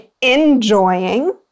enjoying